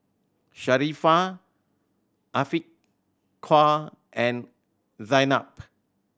Sharifah Afiqah and Zaynab